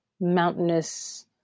mountainous